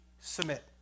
Submit